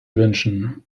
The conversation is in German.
wünschen